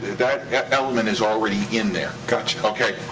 that that element is already in there. gotcha. okay.